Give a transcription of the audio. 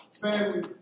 Family